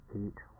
eight